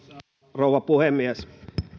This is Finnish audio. rouva puhemies